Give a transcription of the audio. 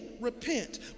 repent